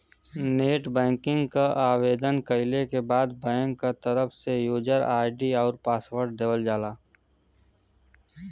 net banking क आवेदन कइले के बाद बैंक क तरफ से यूजर आई.डी आउर पासवर्ड देवल जाला